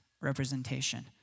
representation